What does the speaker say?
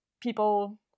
people